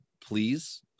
please